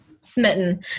smitten